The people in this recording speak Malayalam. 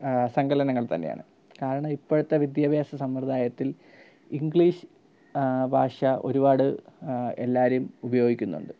സങ്കലനങ്ങൾ തന്നെയാണ് കാരണം ഇപ്പോഴത്തെ വിദ്യാഭ്യാസ സമ്പ്രദായത്തിൽ ഇങ്ക്ളീഷ് ഭാഷ ഒരുപാട് എല്ലാവരും ഉപയോഗിക്കുന്നുണ്ട്